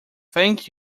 thank